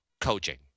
coaching